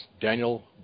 Daniel